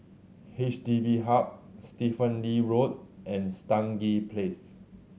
H D B Hub Stephen Lee Road and Stangee Place